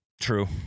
True